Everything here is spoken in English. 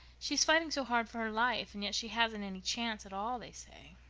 she's fighting so hard for her life, and yet she hasn't any chance at all, they say.